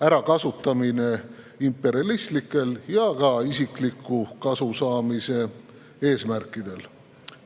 ärakasutamine imperialistlikel ja ka isikliku kasu saamise eesmärkidel.